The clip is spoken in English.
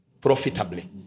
profitably